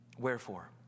Wherefore